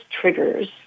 triggers